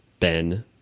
Ben